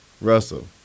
Russell